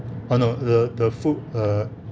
ah no the the food err